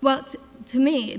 well to me